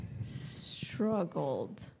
struggled